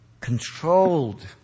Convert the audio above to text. controlled